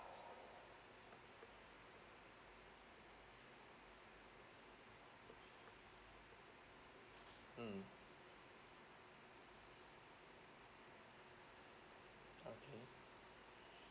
mm